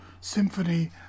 symphony